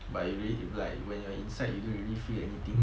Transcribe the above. but you already like when you're inside you don't really feel anything